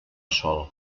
sol